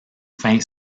fin